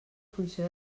funció